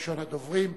ראשון הדוברים,